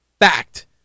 Fact